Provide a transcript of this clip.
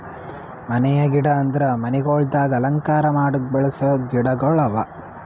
ಮನೆಯ ಗಿಡ ಅಂದುರ್ ಮನಿಗೊಳ್ದಾಗ್ ಅಲಂಕಾರ ಮಾಡುಕ್ ಬೆಳಸ ಗಿಡಗೊಳ್ ಅವಾ